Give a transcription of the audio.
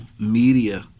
media